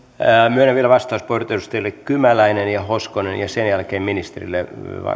myönnän vielä vastauspuheenvuorot edustajille kymäläinen ja hoskonen ja sen jälkeen ministerille